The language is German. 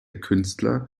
künstler